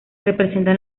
representa